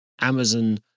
Amazon